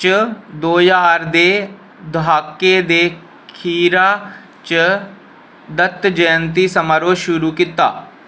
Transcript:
दो ज्हार दे द्हाके दे खीरा च दत्त जंयती समारोह् शुरू कीता